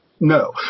No